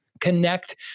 connect